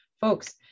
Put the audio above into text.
folks